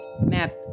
map